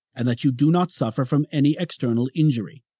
and that you do not suffer from any external injury.